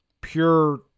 pure